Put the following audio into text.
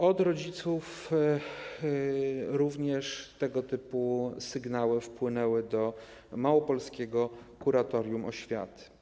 Od rodziców również tego typu sygnały wpłynęły do małopolskiego kuratorium oświaty.